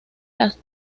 las